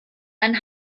einen